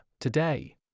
Today